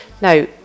now